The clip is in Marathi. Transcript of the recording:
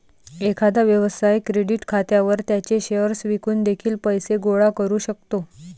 एखादा व्यवसाय क्रेडिट खात्यावर त्याचे शेअर्स विकून देखील पैसे गोळा करू शकतो